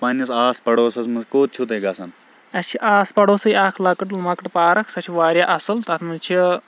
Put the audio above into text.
اَسہِ چھِ آس پڑوسٕے اَکھ لۄکٕٹۍ مۄکٕٹۍ پارَک سۄ چھِ واریاہ اَصٕل تَتھ منٛز چھِ اۭں